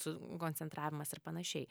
sukoncentravimas ir panašiai